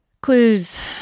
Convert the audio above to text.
Clues